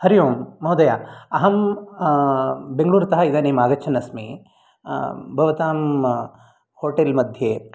हरि ओम् महोदया अहं बेङ्गुलूरुतः इदानीम् आगच्छन् अस्मि भवतां होटेल् मध्ये